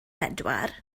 bedwar